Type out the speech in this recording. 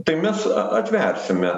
tai mes atversime